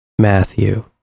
Matthew